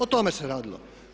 O tome se radilo.